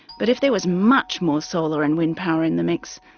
but if there was much more solar and wind power in the mix,